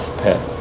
pet